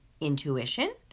intuition